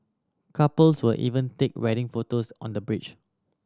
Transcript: couples would even take wedding photos on the bridge